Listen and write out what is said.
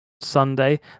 Sunday